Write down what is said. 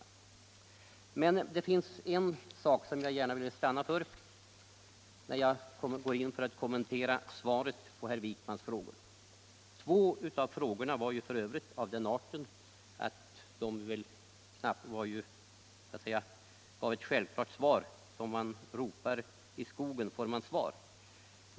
Men det finns en sak som jag gärna vill stanna för när jag skall kommentera svaret på herr Wijkmans frågor. Två av frågorna var f.ö. av den arten att svaret var givet — som man ropar i skogen får man svar!